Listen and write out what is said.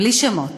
בלי שמות.